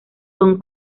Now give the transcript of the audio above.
son